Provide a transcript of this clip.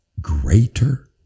Greater